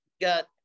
got